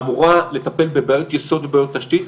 אמורה לטפל בבעיות יסוד ובעיות תשתית.